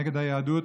נגד היהדות,